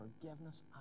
forgiveness